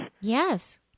Yes